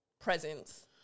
presence